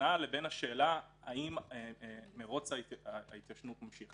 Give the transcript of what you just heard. בינה לבין השאלה האם מרוץ ההתיישנות ממשיך.